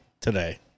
today